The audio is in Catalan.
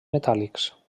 metàl·lics